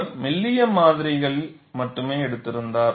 அவர் மெல்லிய மாதிரிகள் மட்டுமே எடுத்திருந்தார்